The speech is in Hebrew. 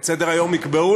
את סדר-היום יקבעו,